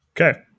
okay